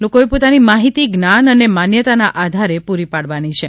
લોકોએ પોતાની માફીતી જ્ઞાન અને માન્યતાના આધારે પૂરી પાડવાની છે